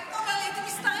היית אומר לי, הייתי מסתרקת.